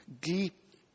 deep